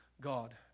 God